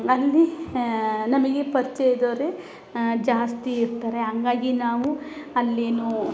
ಅಲ್ಲಿ ನಮಗೆ ಪರಿಚಯ್ದವ್ರೆ ಜಾಸ್ತಿ ಇರ್ತಾರೆ ಹಂಗಾಗಿ ನಾವು ಅಲ್ಲಿ ಏನು